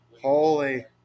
Holy